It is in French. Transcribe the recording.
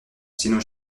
sinon